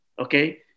okay